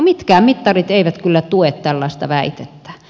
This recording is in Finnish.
mitkään mittarit eivät kyllä tue tällaista väitettä